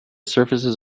surfaces